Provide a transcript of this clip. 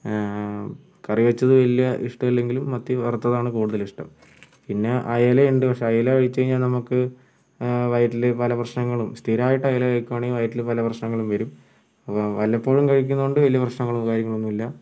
കറി വച്ചത് വലിയ ഇഷ്ടം ഇല്ലെങ്കിലും മത്തി വറുത്തതാണ് കൂടുതലിഷ്ടം പിന്നെ അയല ഉണ്ട് പക്ഷെ അയല കഴിച്ചു കഴിഞ്ഞാൽ നമ്മൾക്ക് വയറ്റിൽ പല പ്രശ്നങ്ങളും സ്ഥിരമായിട്ട് അയല കഴിക്കുകയാണെങ്കിൽ വയറ്റിൽ പല പ്രശ്നങ്ങളും വരും അപ്പോൾ വല്ലപ്പോഴും കഴിക്കുന്നതുകൊണ്ട് വലിയ പ്രശ്നങ്ങളോ കാര്യങ്ങളോ ഒന്നുമില്ല